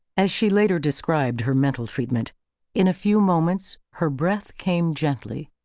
as she later described her mental treatment in a few moments her breath came gently,